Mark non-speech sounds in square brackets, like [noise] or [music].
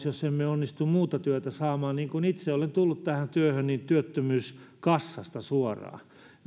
[unintelligible] jos emme onnistu muuta työtä saamaan niin kuin itse olen tullut tähän työhön työttömyyskassasta suoraan minä